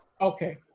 Okay